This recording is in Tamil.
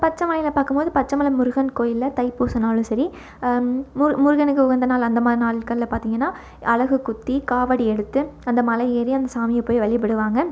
பச்சை மலையில் பார்க்கும் போது பச்சை மலை முருகன் கோவில்ல தை பூசம்னாலும் சரி முருகனுக்கு உகந்த நாள் அந்த மாதிரி நாட்களில் பார்த்திங்கன்னா அலகு குத்தி காவடி எடுத்து அந்த மலை ஏறி அந்த சாமியை போய் வழிபடுவாங்க